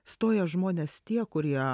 stoja žmonės tie kurie